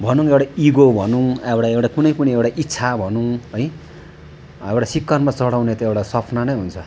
भनौँ एउटा इगो भनौँ एउटा एउटा कुनै पनि एउटा इच्छा भनौँ है अब एउटा शिखरमा चढाउने त्यो एउटा सपना नै हुन्छ